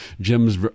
Jim's